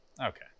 Okay